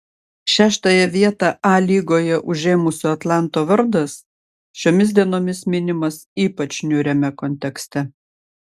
šeštąją vietą a lygoje užėmusio atlanto vardas šiomis dienomis minimas ypač niūriame kontekste